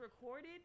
recorded